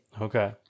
Okay